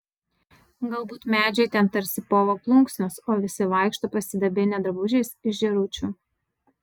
galbūt medžiai ten tarsi povo plunksnos o visi vaikšto pasidabinę drabužiais iš žėručių